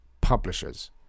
Publishers